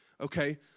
Okay